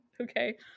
Okay